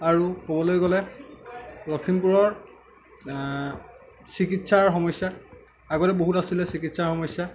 আৰু ক'বলৈ গ'লে লখিমপুৰৰ চিকিৎসাৰ সমস্য়া আগতে বহুত আছিলে চিকিৎসাৰ সমস্য়া